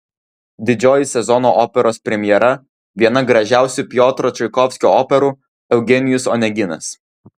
didžioji sezono operos premjera viena gražiausių piotro čaikovskio operų eugenijus oneginas